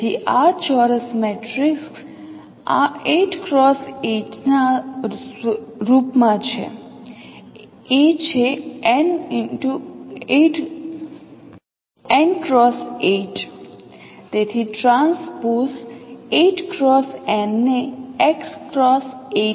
તેથી આ ચોરસ મેટ્રિક્સ 8 X 8 ના રૂપમાં છે એ છે nx8 તેથી ટ્રાન્સપોઝ 8 X n ને x X 8 માં છે